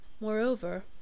Moreover